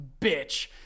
bitch